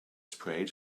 sprayed